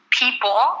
people